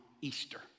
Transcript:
Easter